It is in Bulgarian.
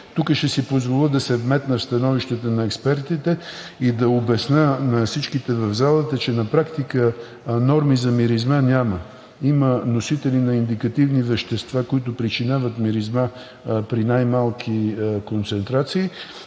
Тук ще си позволя да се вметна в становището на експертите и да обясня на всички в залата, че на практика норми за миризма няма. Има носители на индикативни вещества, които причиняват миризма при най-малки концентрации,